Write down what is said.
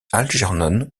algernon